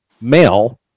male